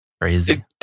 Crazy